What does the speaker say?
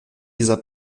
dieser